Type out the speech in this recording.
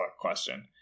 question